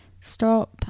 stop